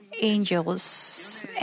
angels